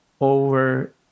over